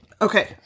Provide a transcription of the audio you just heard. Okay